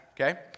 Okay